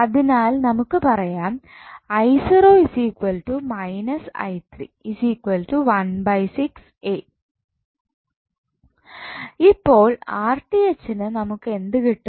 അതിനാൽ നമുക്ക് പറയാം A ഇപ്പോൾ ന് നമുക്ക് എന്തു കിട്ടും